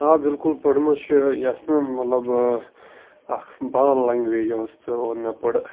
آ بلکل پٔرمٕژ چھِ یۄس نا مطلب اَکھ بدل لَنٛگویج ٲس تہٕ اور مےٚ پٔڑ